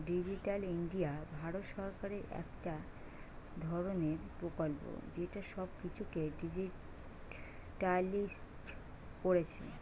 digital India Bharat সরকারের একটা ধরণের প্রকল্প যেটা সব কিছুকে ডিজিটালিসড কোরছে